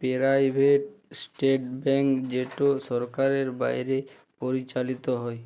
private sector bank যেট সরকারের বাইরে পরিচালিত হ্যয়